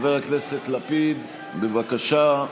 חבר הכנסת לפיד, בבקשה.